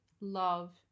love